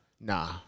Nah